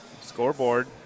Scoreboard